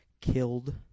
killed